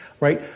right